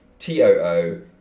T-O-O